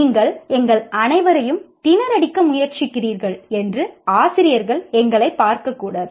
நீங்கள் எங்கள் அனைவரையும் திணறடிக்க முயற்சிக்கிறீர்கள் என்று ஆசிரியர்கள் எங்களை பார்க்கக்கூடாது